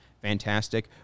Fantastic